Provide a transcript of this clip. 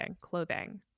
Clothing